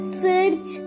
search